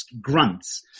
grunts